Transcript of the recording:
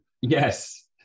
Yes